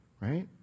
Right